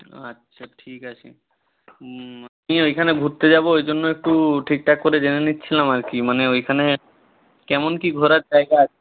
আচ্ছা ঠিক আছে আমি ওখানে ঘুরতে যাব ওই জন্য একটু ঠিকঠাক করে জেনে নিচ্ছিলাম আর কি মানে ওইখানে কেমন কী ঘোরার জায়গা আছে